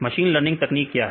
machine learning तकनीक क्या है